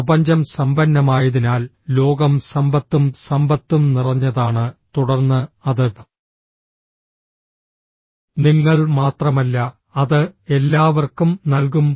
പ്രപഞ്ചം സമ്പന്നമായതിനാൽ ലോകം സമ്പത്തും സമ്പത്തും നിറഞ്ഞതാണ് തുടർന്ന് അത് നിങ്ങൾ മാത്രമല്ല അത് എല്ലാവർക്കും നൽകും